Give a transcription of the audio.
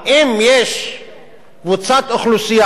אם יש קבוצת אוכלוסייה,